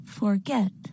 forget